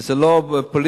וזה לא פוליטיקה,